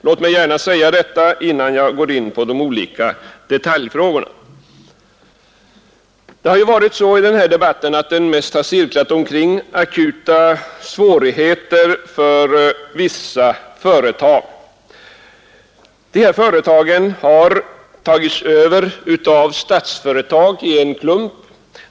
— Jag vill gärna säga detta inan jag går in på de olika detaljfrågorna. Debatten har mest cirklat omkring akuta svårigheter för vissa företag. De företagen har övertagits av Statsföretag i en klump.